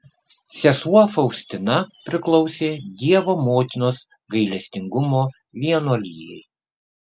sesuo faustina priklausė dievo motinos gailestingumo vienuolijai